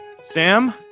Sam